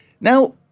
Now